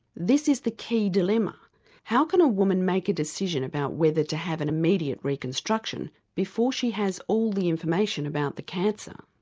this is the key dilemma. how can a woman make a decision about whether to have an immediate reconstruction before she has all the information about the cancer?